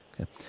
Okay